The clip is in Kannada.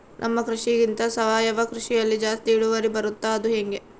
ನಮ್ಮ ಕೃಷಿಗಿಂತ ಸಾವಯವ ಕೃಷಿಯಲ್ಲಿ ಜಾಸ್ತಿ ಇಳುವರಿ ಬರುತ್ತಾ ಅದು ಹೆಂಗೆ?